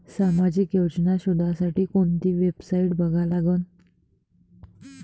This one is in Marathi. सामाजिक योजना शोधासाठी कोंती वेबसाईट बघा लागन?